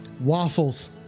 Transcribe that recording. waffles